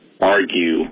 argue